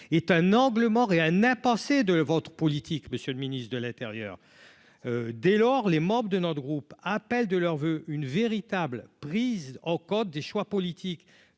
est un angle mort, et un impensé de votre politique, monsieur le ministre de l'Intérieur, dès lors, les membres de notre groupe, appellent de leurs voeux une véritable prise en code des choix politiques